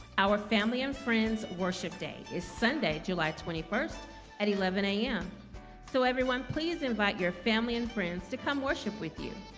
our family and friends worship day is sunday, july twenty first at eleven a m so everyone please invite your family and friends to come worship with you?